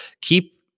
keep